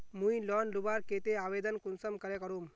मुई लोन लुबार केते आवेदन कुंसम करे करूम?